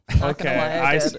Okay